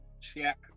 Check